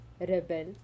rebel